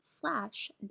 slash